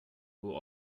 who